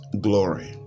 glory